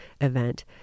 event